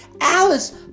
Alice